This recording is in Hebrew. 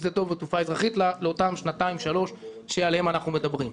שדה דב בתעופה אזרחית לאותן שנתיים-שלוש שעליהן אנחנו מדברים.